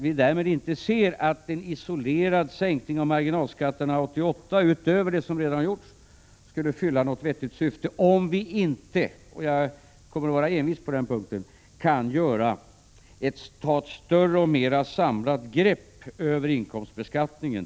Vi anser att en isolerad sänkning av marginalskatten 1988, utöver det som redan har gjorts, inte skulle fylla något vettigt syfte om vi inte — jag kommer att vara envis på den punkten — kan ta ett större och mer samlat grepp över inkomstbeskattningen.